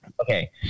okay